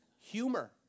Humor